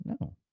No